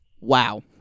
Wow